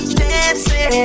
dancing